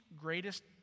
greatest